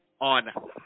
on